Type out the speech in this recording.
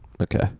okay